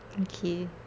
okay